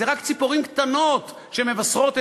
זה רק ציפורים קטנות שמבשרות,